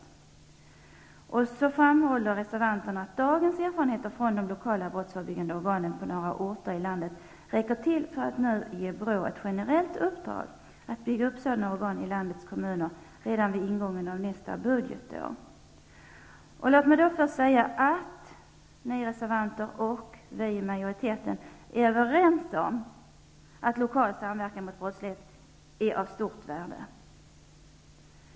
Reservanterna framhåller även att dagens erfarenheter från de lokala brottsförebyggande organen på några orter i landet räcker för att ge BRÅ ett generellt uppdrag att bygga upp sådana organ i landets kommuner redan vid ingången av nästa budgetår. Låt mig då, herr talman, först säga att reservanter och majoritet är överens om att lokal samverkan mot brottslighet är av stort värde.